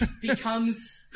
Becomes